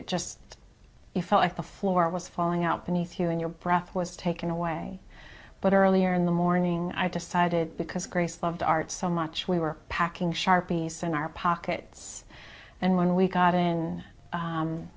it just felt like the floor was falling out beneath you and your breath was taken away but earlier in the morning i decided because grace loved art so much we were packing sharpies in our pockets and when we got in